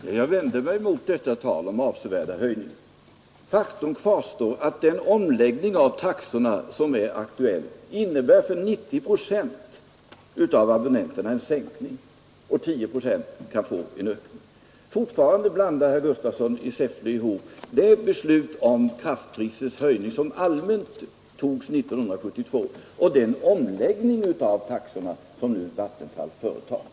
Herr talman! Jag vänder mig mot detta tal om avsevärda höjningar. Faktum kvarstår att den omläggning av taxorna som är aktuell innebär för 90 procent av abonnenterna en sänkning och 10 procent kan få en ökning. Fortfarande blandar herr Gustafsson i Säffle ihop det beslut om kraftprisets höjning som allmänt togs 1972 och den omläggning av taxorna som Vattenfall nu företar.